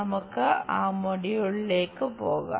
നമുക്ക് ആ മൊഡ്യൂളിലേക്ക് പോകാം